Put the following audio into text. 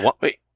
Wait